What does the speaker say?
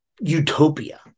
utopia